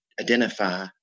identify